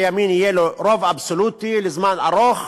הימין יהיה לו רוב אבסולוטי לזמן ארוך,